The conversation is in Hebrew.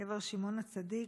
קבר שמעון הצדיק,